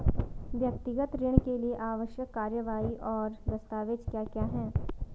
व्यक्तिगत ऋण के लिए आवश्यक कार्यवाही और दस्तावेज़ क्या क्या हैं?